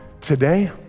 Today